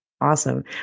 Awesome